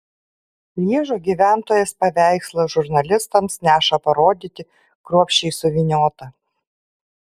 lježo gyventojas paveikslą žurnalistams neša parodyti kruopščiai suvyniotą